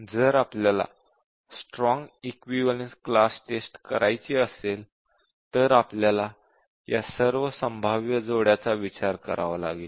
जर आपल्याला strong equivalence class testing करायची असेल तर आपल्याला या सर्व संभाव्य जोड्यांचा विचार करावा लागेल